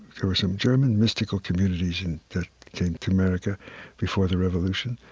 there were some german mystical communities and that came to america before the revolution,